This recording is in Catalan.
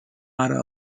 ara